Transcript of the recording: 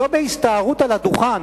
לא בהסתערות על הדוכן.